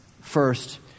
First